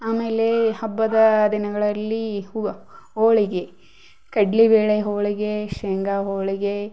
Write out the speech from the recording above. ಆಮೇಲೆ ಹಬ್ಬದ ದಿನಗಳಲ್ಲಿ ಹೂವ ಹೋಳಿಗೆ ಕಡ್ಳೆ ಬೇಳೆ ಹೋಳಿಗೆ ಶೇಂಗಾ ಹೋಳಿಗೆ